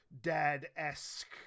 dad-esque